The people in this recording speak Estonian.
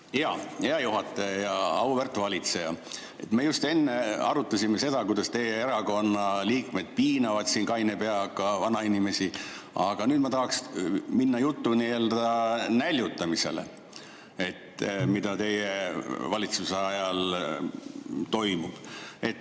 Hea juhataja! Auväärt valitseja! Me just enne arutasime seda, kuidas teie erakonna liikmed piinavad siin kaine peaga vanainimesi. Aga nüüd ma tahaks minna jutuga nii-öelda näljutamisele, mis teie valitsuse ajal toimub.